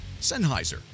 Sennheiser